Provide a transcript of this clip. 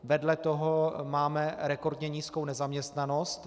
Vedle toho máme rekordně nízkou nezaměstnanost.